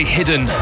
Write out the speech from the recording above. Hidden